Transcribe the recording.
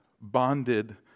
bonded